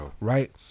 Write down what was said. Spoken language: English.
right